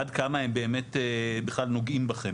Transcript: עד כמה הם באמת בכלל נוגעים בכם?